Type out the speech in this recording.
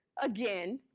again,